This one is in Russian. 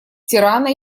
тирана